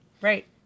Right